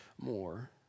more